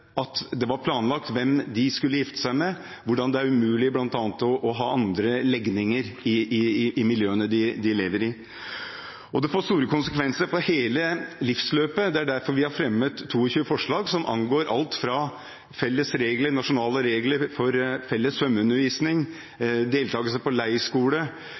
at det var planlagt hvem de skulle gifte seg med, og hvordan det er umulig bl.a. å ha andre legninger i miljøene de lever i. Det får store konsekvenser for hele livsløpet. Det er derfor vi har fremmet 22 forslag, som angår alt fra felles regler, nasjonale regler for felles svømmeundervisning, deltakelse på